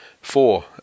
four